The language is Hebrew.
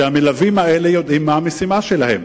שהמלווים האלה ידעו מה המשימה שלהם,